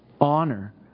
honor